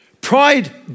pride